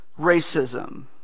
racism